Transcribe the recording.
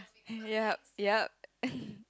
yup yup